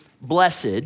blessed